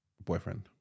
Boyfriend